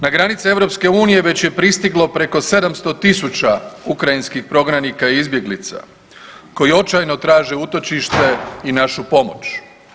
Na granice EU već je pristiglo preko 700 000 ukrajinskih prognanika i izbjeglica koji očajno traže utočište i našu pomoć.